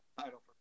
title